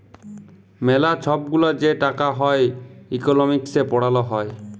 ম্যালা ছব গুলা যে টাকা হ্যয় ইকলমিক্সে পড়াল হ্যয়